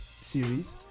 series